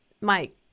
Mike